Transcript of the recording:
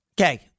Okay